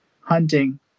hunting